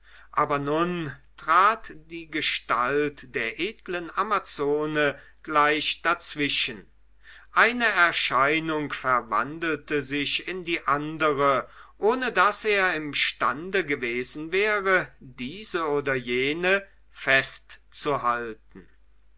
aber nun trat die gestalt der edlen amazone gleich dazwischen eine erscheinung verwandelte sich in die andere ohne daß er imstande gewesen wäre diese oder jene festzuhalten